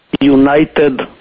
United